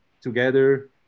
together